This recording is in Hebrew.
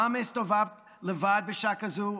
למה הסתובבת לבד בשעה כזאת?